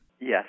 Yes